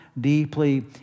deeply